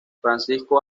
francisco